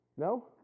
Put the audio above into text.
No